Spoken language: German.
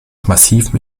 massivem